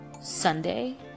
Sunday